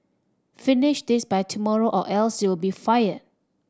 finish this by tomorrow or else you'll be fired